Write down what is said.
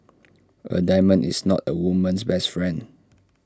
A diamond is not A woman's best friend